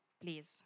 please